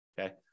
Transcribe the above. Okay